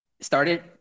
started